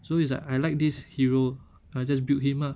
so it's like I like this hero I just build him ah